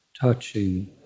touching